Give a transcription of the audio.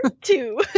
two